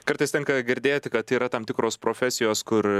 kartais tenka girdėti kad yra tam tikros profesijos kur